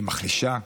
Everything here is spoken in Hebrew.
היא מחלישה.